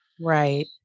Right